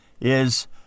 is-